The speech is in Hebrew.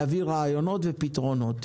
להביא רעיונות ופתרונות.